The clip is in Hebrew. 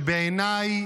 ובעיניי